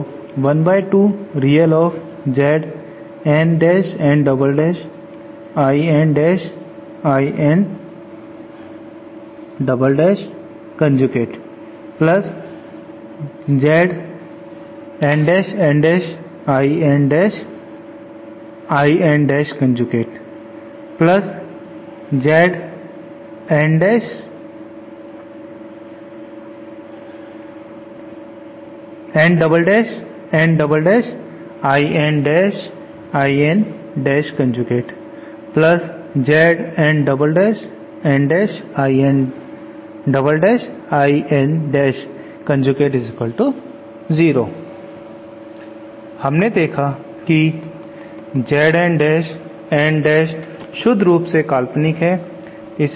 हमने देखा कि Z N dash N dash शुद्ध रूप से काल्पनिक है इसलिए Z N double dash N डैश भी